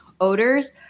odors